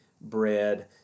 bread